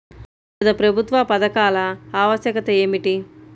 వివిధ ప్రభుత్వా పథకాల ఆవశ్యకత ఏమిటి?